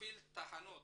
מפעיל תחנות